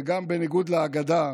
ובניגוד לאגדה